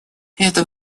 это